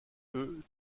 eux